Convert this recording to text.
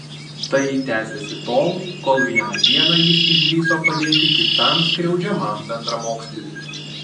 tai tęsėsi tol kol vieną dieną jis išdrįso padėti kitam skriaudžiamam bendramoksliui